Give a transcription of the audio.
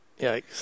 Yikes